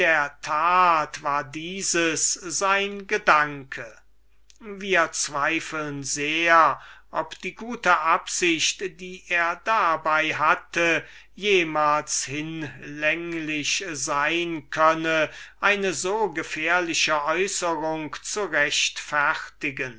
war dieses sein gedanke wir lassen dahin gestellt sein ob die gute absicht die er dabei hatte hinlänglich sein mag eine so gefährliche äußerung zu